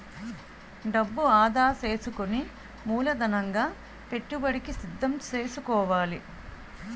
డబ్బు ఆదా సేసుకుని మూలధనంగా పెట్టుబడికి సిద్దం సేసుకోవాలి